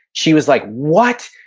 she was like, what?